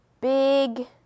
big